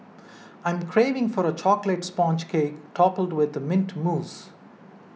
I'm craving for a Chocolate Sponge Cake Topped with Mint Mousse